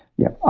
yeah.